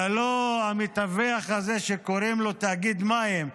ללא המתווך הזה שקוראים לו תאגיד מים,